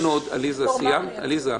עליזה, בבקשה.